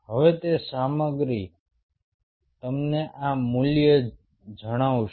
હવે તે સામગ્રી તમને આ મૂલ્ય જણાવશે